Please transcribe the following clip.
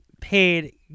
paid